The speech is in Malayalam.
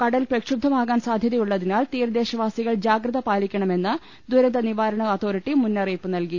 കട്ടൽ പ്രക്ഷുബ്ധമാകാൻ സാധ്യതയുള്ളതിനാൽ തീര ദേശവാസികൾ ജാഗ്രത പാലിക്കണമെന്ന് ദുരന്ത നിവാരണ അതോറിറ്റി മുന്നറിയിപ്പുനൽകി